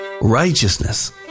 Righteousness